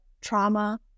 trauma